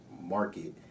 market